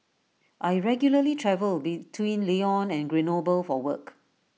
I regularly travel between Lyon and Grenoble for work